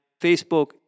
Facebook